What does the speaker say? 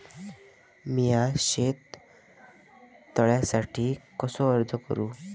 मीया शेत तळ्यासाठी कसो अर्ज करू?